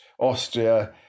austria